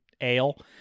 ale